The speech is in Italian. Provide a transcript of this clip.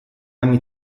anni